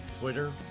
Twitter